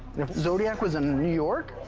if zodiac was in new york,